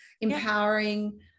empowering